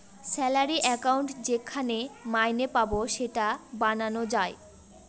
salary account যেখানে মাইনে পাবো সেটা বানানো যায়